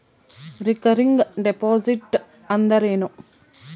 Recurring deposit ಅಂದರೇನು?